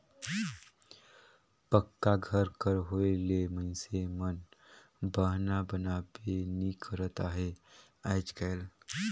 पक्का घर कर होए ले मइनसे मन बहना बनाबे नी करत अहे आएज काएल